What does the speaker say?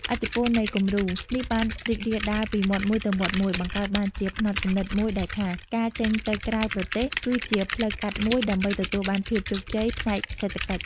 ឥទ្ធិពលនៃ "គំរូ" នេះបានរីករាលដាលពីមាត់មួយទៅមាត់មួយ បង្កើតបានជាផ្នត់គំនិតមួយដែលថា ការចេញទៅក្រៅប្រទេស គឺជាផ្លូវកាត់មួយដើម្បីទទួលបានភាពជោគជ័យផ្នែកសេដ្ឋកិច្ច។